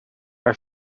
are